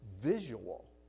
visual